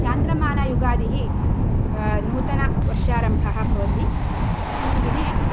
चान्द्रमानयुगादिः नूतनवर्षारम्भः भवति तस्मिन् दिने